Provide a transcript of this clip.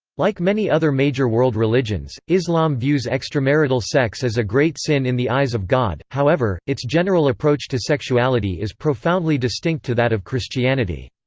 like many other major world religions, islam views extramarital sex as a great sin in the eyes of god however, its general approach to sexuality is profoundly distinct to that of christianity.